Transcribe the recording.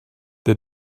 the